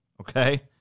Okay